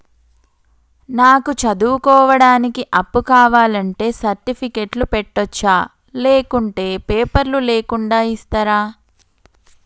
నాకు చదువుకోవడానికి అప్పు కావాలంటే సర్టిఫికెట్లు పెట్టొచ్చా లేకుంటే పేపర్లు లేకుండా ఇస్తరా?